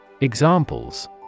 Examples